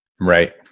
Right